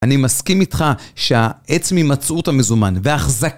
אני מסכים איתך שהעצמי מצאו את המזומן והחזק